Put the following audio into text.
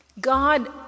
God